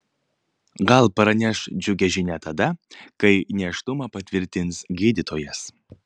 gal praneš džiugią žinią tada kai nėštumą patvirtins gydytojas